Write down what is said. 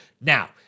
Now